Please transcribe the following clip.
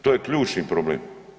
To je ključni problem.